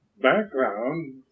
background